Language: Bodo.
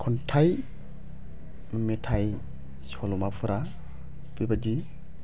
खन्थाय मेथाय सल'माफोरा बेबायदि